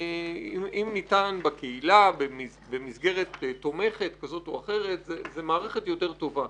אם ניתן בקהילה במסגרת תומכת כזאת או אחרת זאת מערכת יותר טובה